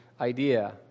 idea